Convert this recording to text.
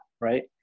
right